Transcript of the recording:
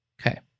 Okay